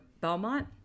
Belmont